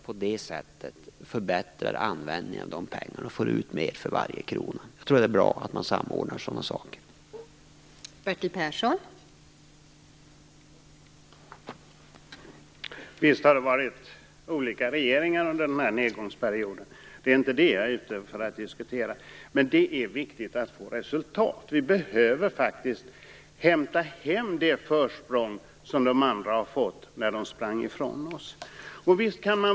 På det sättet förbättrar man användningen av pengarna och får ut mera av varje krona. Jag tror att det är bra med en sådan samordning.